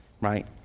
Right